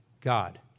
God